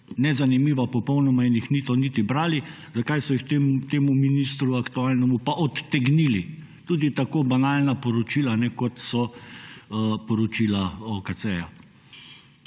nezanimiva popolnoma, in jih niso niti brali, zakaj so jih temu ministru aktualnemu pa odtegnili. Tudi tako banalna poročila, kot so poročila OKC-ja.